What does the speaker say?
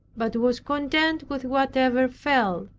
but was content with whatever fell.